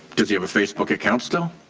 does he have a facebook account still?